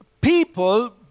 people